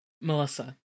Melissa